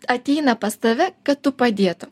ateina pas tave kad tu padėtum